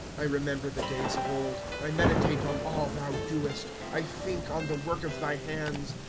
i remember the days of old i meditate on all thou doest, i think on the work of thy hands.